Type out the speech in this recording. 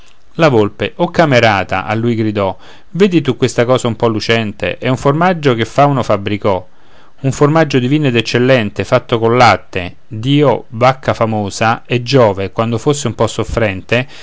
la volpe o camerata a lui gridò vedi tu questa cosa un po lucente è un formaggio che fauno fabbricò un formaggio divino ed eccellente fatto col latte d'io vacca famosa e giove quando fosse un po soffrente